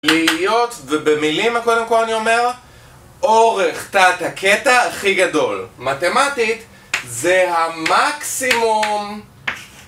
להיות, ובמילים מה קודם כול אני אומר, אורך תת הקטע הכי גדול. מתמטית, זה המקסימום.